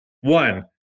One